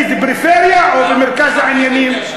אם זה פריפריה או במרכז העניינים.